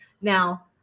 Now